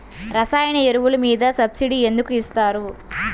రసాయన ఎరువులు మీద సబ్సిడీ ఎందుకు ఇస్తారు?